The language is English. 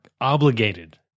obligated